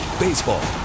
baseball